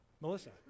Melissa